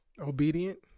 obedient